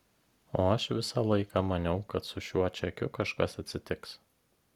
o aš visą laiką maniau kad su šiuo čekiu kažkas atsitiks